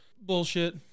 bullshit